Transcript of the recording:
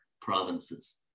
provinces